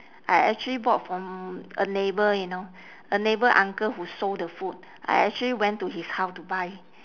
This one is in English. I actually bought from a neighbour you know a neighbour uncle who sold the food I actually went to his house to buy